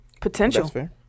Potential